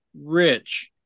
rich